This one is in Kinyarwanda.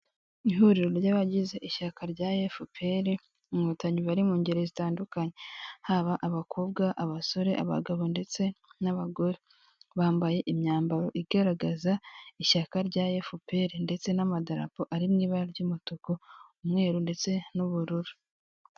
Ihuriro ry'abagize ishyaka rya fpr inkotanyi bari mu ngeri zitandukanye, haba abakobwa, abasore, abagabo ndetse n'abagore. Bambaye imyambaro igaragaza ishyaka rya fpr ndetse n'amadarapo ari mu ibara ry'umutuku, umweru ndetse n'ubururu.